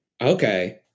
Okay